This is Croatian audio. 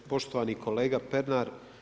Poštovani kolega Pernar.